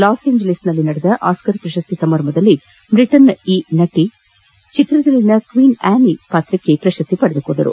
loss ಏಂಜಲೀಸ್ನಲ್ಲಿ ನಡೆದ Oscar ಪ್ರಶಸ್ತಿ ಸಮಾರಂಭದಲ್ಲಿ ಬಿಟನ್ನ ಈ ಅಭಿನೇತ್ರಿ ಚಿತ್ರದಲ್ಲಿನ ಕ್ವೀನ್ ಆ್ಯನಿ ಪಾತ್ರಕ್ಕೆ ಪಶಸ್ತಿ ಪಡೆದುಕೊಂಡರು